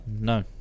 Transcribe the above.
no